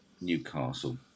Newcastle